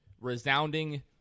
resounding